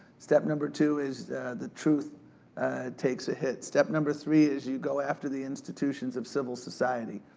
step number two is the truth takes a hit. step number three is you go after the institutions of civil society.